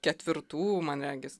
ketvirtų man regis